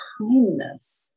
kindness